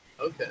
Okay